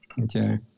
okay